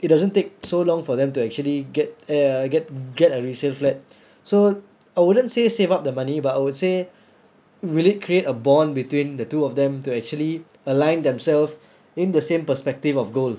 it doesn't take so long for them to actually get uh get get a resale flat so I wouldn't say save up the money but I would say really create a bond between the two of them to actually align themselves in the same perspective of goal